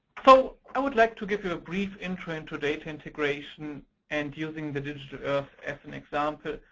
so i would like to give a brief intro into data integration and using the digital earth as an example.